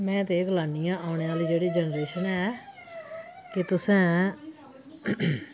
में ते एह् गलान्नी आं अ'ऊं औने आह्ली जेह्ड़ी जनरेशन ऐ ते तुसें